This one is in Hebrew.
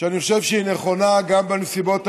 ואני חושב שהיא נכונה גם בנסיבות האלה.